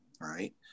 right